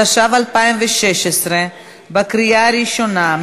התשע"ו 2016, בקריאה ראשונה.